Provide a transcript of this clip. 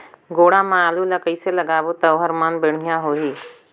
गोडा मा आलू ला कइसे लगाबो ता ओहार मान बेडिया होही?